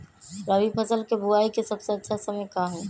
रबी फसल के बुआई के सबसे अच्छा समय का हई?